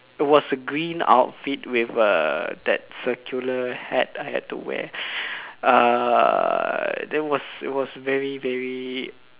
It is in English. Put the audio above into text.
was a green outfit with uh that circular hat I had to wear err that was it was very very